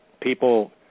people